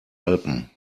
alpen